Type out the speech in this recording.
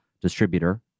distributor